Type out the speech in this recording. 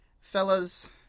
Fellas